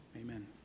amen